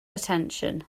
attention